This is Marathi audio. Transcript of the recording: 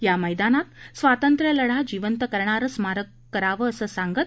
या मैदानात स्वातंत्र्यलढा जिवंत करणारं स्मारक करावं असं सांगत